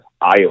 Iowa